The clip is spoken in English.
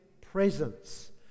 presence